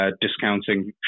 discounting